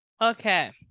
Okay